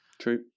True